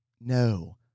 No